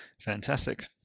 fantastic